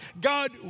God